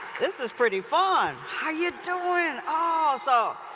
this is pretty fun. how are you doing? oh, so,